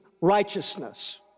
righteousness